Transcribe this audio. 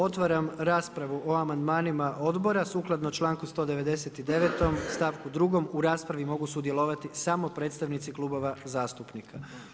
Otvaram raspravu o amandmanima odbora sukladno članku 199. stavku 2. u raspravi mogu sudjelovati samo predstavnici klubova zastupnika.